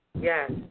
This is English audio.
Yes